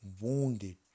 wounded